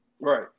Right